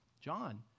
John